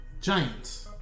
giants